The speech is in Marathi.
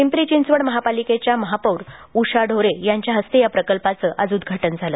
पिंपरी चिंचवड महापालिकेच्या महापौर उषा ढोरे यांच्या हस्ते या प्रकल्पाचं आज उद्घाटन झालं